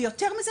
ויותר מזה,